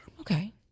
Okay